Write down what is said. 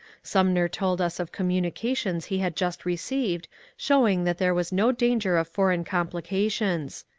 sumner told us of communications he had just re ceived showing that there was no danger of foreign com plications.